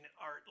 art